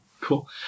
Cool